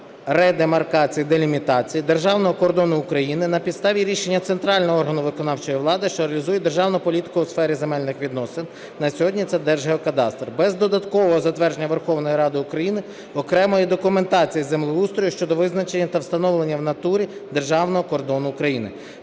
редемаркації і делімітації державного кордону України на підставі рішення центрального органу виконавчої влади, що реалізує державну політику у сфері земельних відносин (на сьогодні це Держгеокадастр) без додаткового затвердження Верховною Радою України окремої документації з землеустрою щодо визначення та встановлення в натурі державного кордону України.